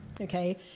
okay